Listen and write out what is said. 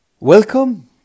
Welcome